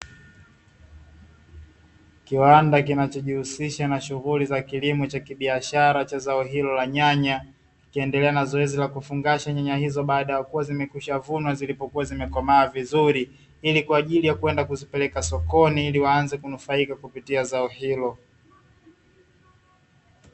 Kiwanda kinachojihusisha na shughuli za kilimo cha biashara cha zao hilo la nyanya, ikiendelea na zoezi la kufungasha nyanya hizo baada ya kuwa zimekwisha vunwa zilipokua zimekomaa vizuri, ili kwa ajili ya kwenda kuzipeleka sokoni ili waanze kunufaika kupitia zao hilo.